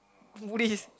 Buddhist